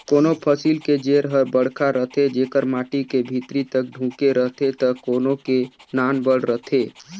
कोनों फसिल के जेर हर बड़खा रथे जेकर माटी के भीतरी तक ढूँके रहथे त कोनो के नानबड़ रहथे